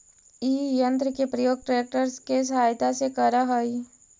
इ यन्त्र के प्रयोग ट्रेक्टर के सहायता से करऽ हई